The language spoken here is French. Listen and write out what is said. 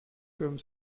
comme